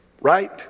Right